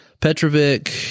Petrovic